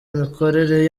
imikorere